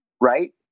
right